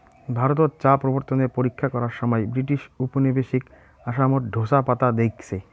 ভারতত চা প্রবর্তনের পরীক্ষা করার সমাই ব্রিটিশ উপনিবেশিক আসামত ঢোসা পাতা দেইখছে